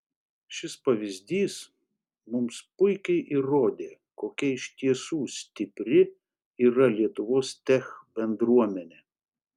šis pavyzdys mums puikiai įrodė kokia iš tiesų stipri yra lietuvos tech bendruomenė